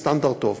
בסטנדרט טוב,